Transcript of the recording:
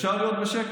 אפשר להיות בשקט?